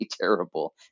terrible